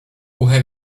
głuche